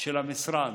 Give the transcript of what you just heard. של המשרד,